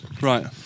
right